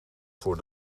voor